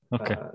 Okay